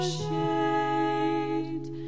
shade